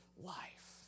life